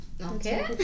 Okay